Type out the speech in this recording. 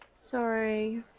Sorry